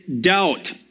Doubt